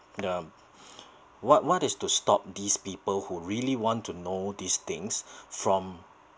what what is to stop these people who really want to know these things from